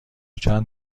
چند